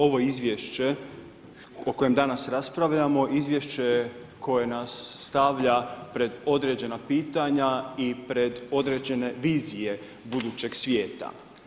Ovo izvješće o kojem danas raspravljamo, izvješće je koje nas stavlja pred određena pitanja i pred određene vizije budućeg svijeta.